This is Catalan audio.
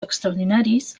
extraordinaris